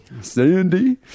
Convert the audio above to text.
Sandy